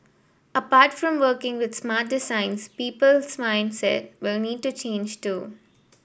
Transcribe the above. apart from working with smart designs people's mindset will need to change too